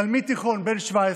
תלמיד תיכון בן 17,